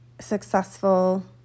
successful